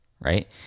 Right